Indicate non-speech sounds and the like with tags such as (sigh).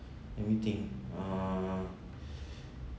let me think err (breath)